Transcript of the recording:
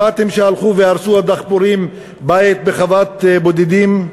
שמעתם שהלכו הדחפורים והרסו בית בחוות בודדים?